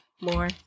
More